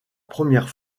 première